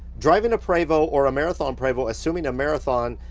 driving a prevost, or a marathon prevost, assuming a marathon,